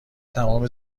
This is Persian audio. تمام